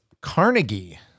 Carnegie